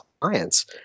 clients